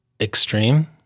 extreme